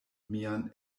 mian